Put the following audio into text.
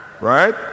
right